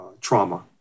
trauma